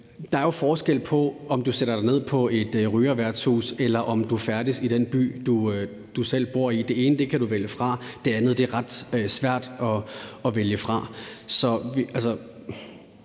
der er jo forskel på, om du sætter dig ned på et rygerværtshus, eller om du færdes i den by, du selv bor i. Det ene kan du vælge fra, det andet er ret svært at vælge fra.